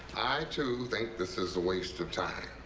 too, think this is a waste of time.